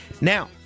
Now